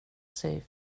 sig